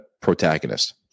protagonist